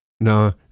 No